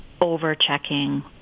over-checking